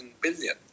billion